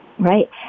Right